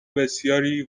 بسیاری